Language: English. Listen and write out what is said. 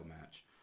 match